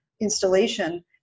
installation